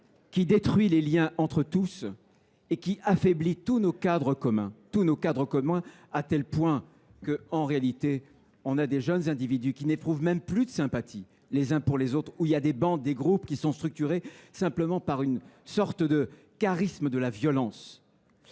moi, détruit les liens entre tous et affaiblit tous nos cadres communs, au point que de jeunes individus n’éprouvent même plus de sympathie les uns pour les autres, les bandes et les groupes étant structurés uniquement par une sorte de charisme de la violence.